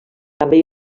també